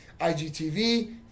IGTV